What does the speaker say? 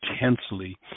intensely